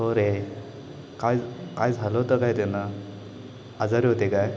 हो रे काय काय झालं होतं काय त्यांना आजारी होते काय